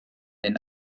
den